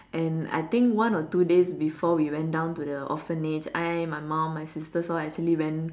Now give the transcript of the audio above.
and I think one or two days before we went down to the orphanage I my mom my sisters all actually went